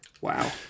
wow